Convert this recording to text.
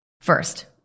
first